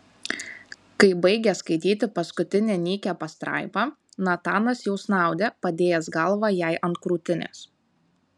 kai baigė skaityti paskutinę nykią pastraipą natanas jau snaudė padėjęs galvą jai ant krūtinės